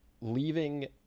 leaving